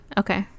okay